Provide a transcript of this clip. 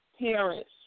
parents